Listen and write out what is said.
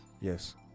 Yes